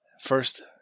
first